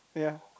yea